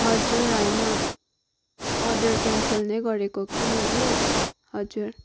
हजुर होइन order cancel नै गरेको कि मैले हजुर